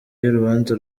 y’urubanza